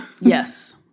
yes